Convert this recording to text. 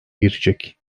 girecek